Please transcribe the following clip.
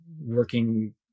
working